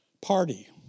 party